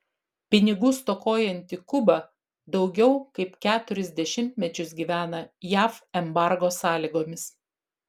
pinigų stokojanti kuba daugiau kaip keturis dešimtmečius gyvena jav embargo sąlygomis